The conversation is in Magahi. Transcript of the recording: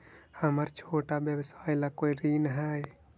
हमर छोटा व्यवसाय ला कोई ऋण हई?